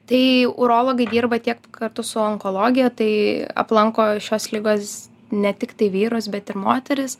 tai urologai dirba tiek kartu su onkologija tai aplanko šios ligos ne tiktai vyrus bet ir moteris